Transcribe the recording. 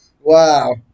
Wow